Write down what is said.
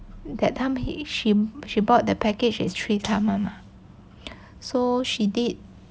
that time she she bought that package is three times [one] mah so she did